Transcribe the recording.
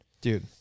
dude